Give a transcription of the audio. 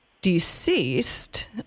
deceased